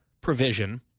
provision